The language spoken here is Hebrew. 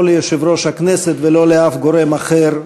לא ליושב-ראש הכנסת ולא לאף גורם אחר,